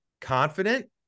confident